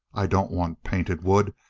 i don't want painted wood.